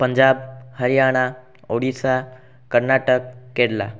Punjab Haryana Odisha Karnataka Kerala